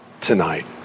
tonight